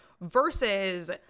versus